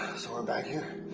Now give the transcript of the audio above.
so, we're back here?